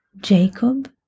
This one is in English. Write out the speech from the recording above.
Jacob